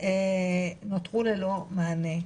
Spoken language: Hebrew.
נותרו ללא מענה.